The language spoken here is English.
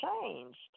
changed